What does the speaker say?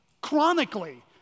chronically